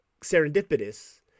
serendipitous